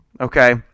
Okay